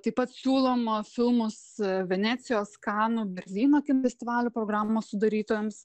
taip pat siūlom filmus venecijos kanų berlyno kino festivalių programos sudarytojams